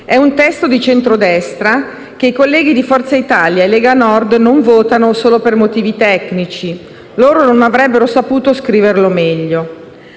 È un testo di centrodestra che i colleghi di Forza Italia e della Lega Nord non votano solo per motivi tecnici. Loro non avrebbero saputo scriverlo meglio.